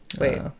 Wait